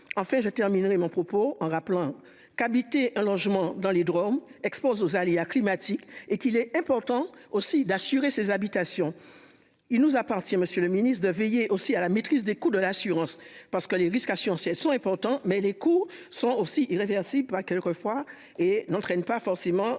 Enfin, je terminerai mon propos en rappelant qu'habiter un logement dans les Drom expose aux aléas climatiques et qu'il est important aussi d'assurer ses habitations. Il nous appartient, Monsieur le Ministre de veiller aussi à la maîtrise des coûts de l'assurance parce que les risques sont importants, mais les coûts sont aussi irréversible quoi qu'elle reçoit et n'entraîne pas forcément